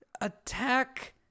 attack